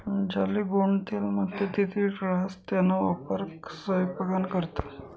ज्याले गोडं तेल म्हणतंस ते तीळ राहास त्याना वापर सयपाकामा करतंस